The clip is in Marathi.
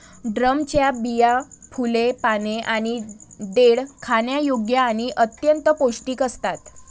ड्रमच्या बिया, फुले, पाने आणि देठ खाण्यायोग्य आणि अत्यंत पौष्टिक असतात